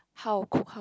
how how